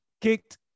kicked